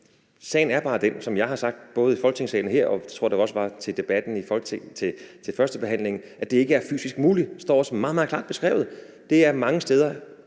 sagen er bare den, som jeg har sagt både i Folketingssalen her og også, tror jeg, i debatten i Folketinget til førstebehandlingen, at det ikke er fysisk muligt. Det står også meget, meget klart beskrevet. Det er af